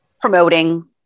promoting